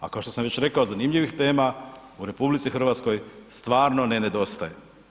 A kao što sam već rekao, zanimljivih tema u RH stvarno ne nedostaje.